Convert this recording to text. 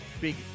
big